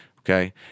Okay